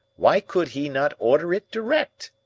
why could he not order it direct?